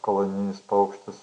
kolonijinis paukštis